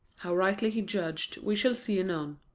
how rightly he judged we shall see anon.